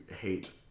hate